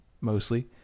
mostly